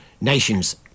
Nations